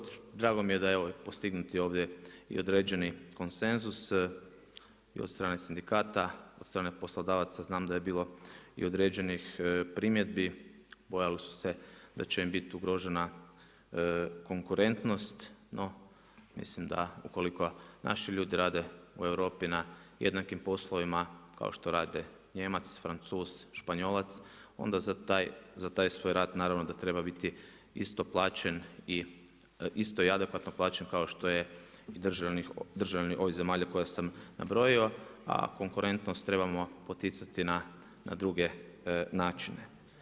Drago mi je da je evo postignuti ovdje i određeni konsenzus od strane sindikata, od strane poslodavaca, znam da je bilo i određenih primjedbi, bojali su se da će im biti ugrožena konkurentnost, no mislim da ukoliko naši ljudi rade u Europi na jednakim poslovima, kao što rade Nijemac, Francuz, Španjolac, onda za taj svoj rad naravno da treba biti isto plaćen i isto i adekvatno plaćen kao što je državi ovih zemalja koje sam nabrojao, a konkurentnost trebamo poticati na druge načine.